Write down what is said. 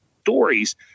stories